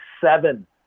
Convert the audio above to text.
seven